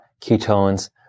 ketones